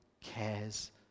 cares